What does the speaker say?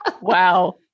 Wow